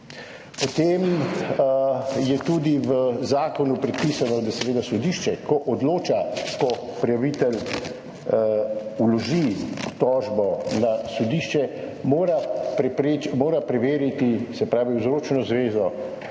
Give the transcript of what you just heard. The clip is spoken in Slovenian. potem je tudi v zakonu predpisano, da mora sodišče, ko odloča, ko upravitelj vloži tožbo na sodišče, preveriti vzročno zvezo